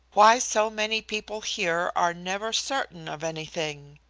why so many people here are never certain of anything?